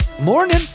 Morning